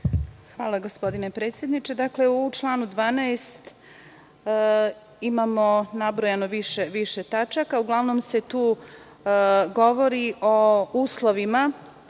Hvala, gospodine predsedniče. Dakle, u članu 12. imamo nabrojano više tačaka. Uglavnom se tu govori o opštim